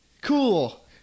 Cool